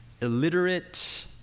illiterate